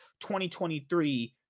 2023